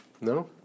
No